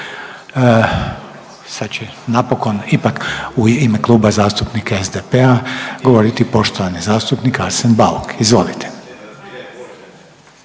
Sad će napokon ipak u ime Kluba zastupnika SDP-a govoriti poštovani zastupnik Arsen Bauk, izvolite.